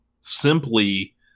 simply